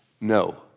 No